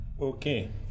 Okay